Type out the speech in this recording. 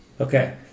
Okay